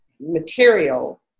material